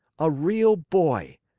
a real boy,